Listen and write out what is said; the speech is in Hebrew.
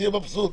תהיה מבסוט,